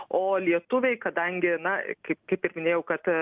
o lietuviai kadangi na kaip kaip ir minėjau kad